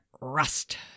Rust